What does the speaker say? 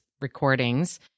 recordings